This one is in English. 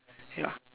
ya